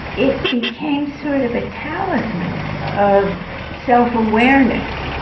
it became sort of a talisman of self-awareness.